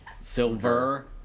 silver